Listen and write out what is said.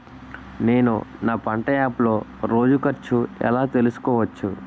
నేను నా పంట యాప్ లో రోజు ఖర్చు ఎలా తెల్సుకోవచ్చు?